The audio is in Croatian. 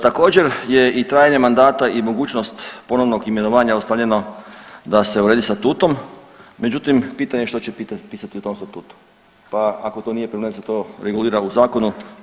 Također je i trajanje mandata i mogućnost ponovnog imenovanja ostavljeno da se uredi statutom međutim pitanje što će pisati u tom statutu, pa ako to nije problem da se to regulira u zakonu.